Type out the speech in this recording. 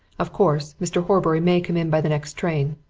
of course, mr. horbury may come in by the next train.